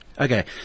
Okay